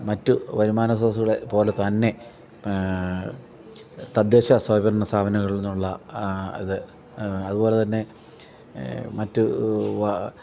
മറ്റു വരുമാന സ്രോതസ്സുകളെ പോലെ തന്നെ തദ്ദേശ സ്വയംഭരണ സ്ഥാപനങ്ങളിൽനിന്നുള്ള ഇത് അതുപോലെത്തന്നെ മറ്റു